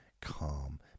Calm